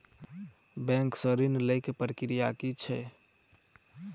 Bank सऽ ऋण लेय केँ प्रक्रिया की छीयै?